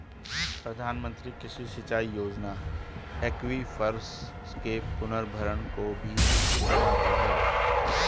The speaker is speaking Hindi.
प्रधानमंत्री कृषि सिंचाई योजना एक्वीफर्स के पुनर्भरण को भी बढ़ाता है